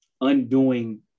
undoing